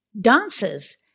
dancers